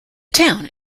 town